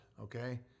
okay